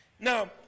Now